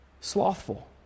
slothful